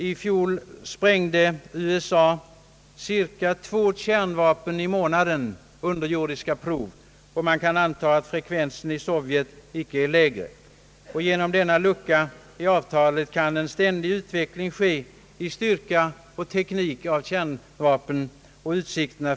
I fjol sprängde USA ungefär två kärnvapen i månaden vid underjordiska prov, och man kan anta att frekvensen i Sovjet icke är lägre. Genom denna lucka i avtalet kan det ske en ständig utveckling av kärnvapnens styrka och tekniska fulländning.